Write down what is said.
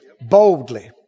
Boldly